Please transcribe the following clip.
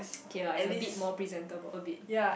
okay lah it's a bit more presentable a bit